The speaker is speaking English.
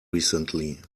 recently